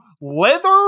leather